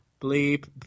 bleep